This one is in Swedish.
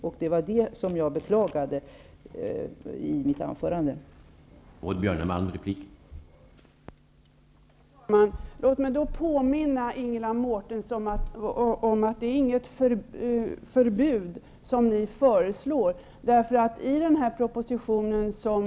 Jag beklagade fördröjningen i mitt anförande tidigare.